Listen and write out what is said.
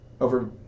over